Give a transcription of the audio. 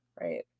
right